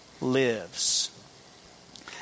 lives